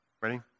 Ready